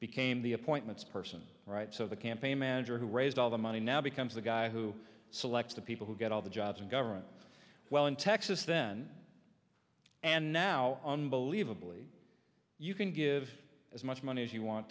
became the appointments person right so the campaign manager who raised all the money now becomes the guy who selects the people who get all the jobs and government well in texas then and now unbelievably you can give as much money as you want